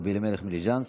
רבי אלימלך מליז'נסק.